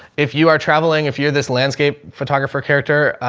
if you are traveling, if you're this landscape photographer character,